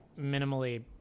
minimally –